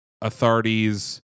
authorities